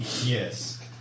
Yes